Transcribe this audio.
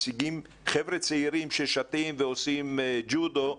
חבר'ה צעירים ששטים ועושים ג'ודו,